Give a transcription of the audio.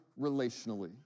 relationally